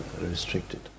restricted